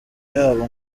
yabo